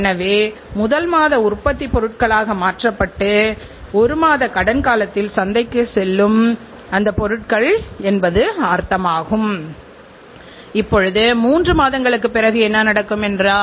இதன் மூலம் நம் உற்பத்தியில் உள்ள குறைபாடுகளை களைந்து நிறைவான பொருட்களை அதிக உற்பத்தியில் செய்வது என்பது பற்றி கவனம் செலுத்த முடியும்